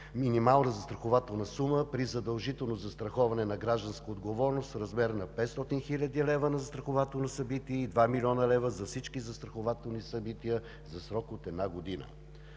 минимална застрахователна сума при задължително застраховане на „Гражданска отговорност“ в размер на 500 хил. лв. на застрахователно събитие и 2 млн. лв. за всички застрахователни събития за срок от една година.